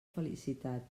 felicitat